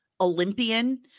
Olympian